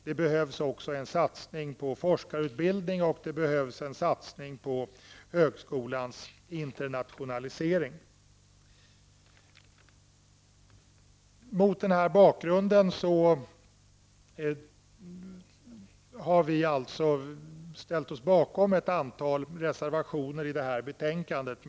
Det behövs också en satsning på forskarutbildning och högskolans internationalisering. Mot denna bakgrund har vi således ställt oss bakom ett antal reservationer i betänkandet.